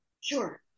Sure